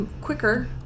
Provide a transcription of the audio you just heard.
quicker